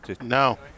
No